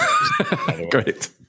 Great